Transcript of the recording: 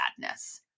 sadness